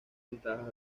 ventajas